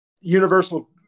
Universal